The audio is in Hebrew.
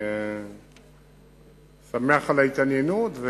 אני שמח על ההתעניינות.